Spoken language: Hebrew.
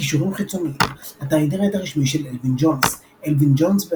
קישורים חיצוניים אתר האינטרנט הרשמי של אלווין ג'ונס אלווין ג'ונס,